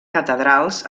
catedrals